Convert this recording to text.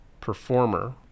performer